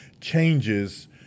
changes